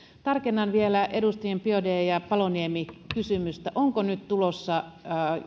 tarkennan vielä edustajien biaudet ja paloniemi kysymystä onko nyt tulossa